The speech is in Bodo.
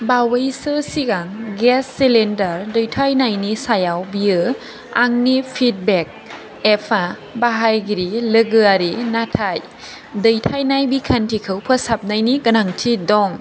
बावैसो सिगां गेस सिलिन्डार दैथायनायनि सायाव बियो आंनि फिडबेक एफा बाहायगिरि लोगोआरि नाथाय दैथायनाय बिखान्थिखौ फोसाबनायनि गोनांथि दं